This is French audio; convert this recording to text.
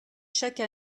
chaque